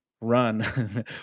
run